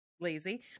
lazy